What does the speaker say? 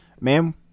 ma'am